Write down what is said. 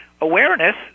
awareness